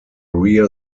rear